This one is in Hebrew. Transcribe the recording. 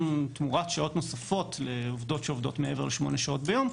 תמורת שעות נוספות לעובדות שעובדות מעבר ל-8 שעות ביום,